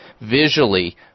visually